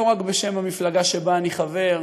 לא רק בשם המפלגה שבה אני חבר,